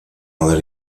other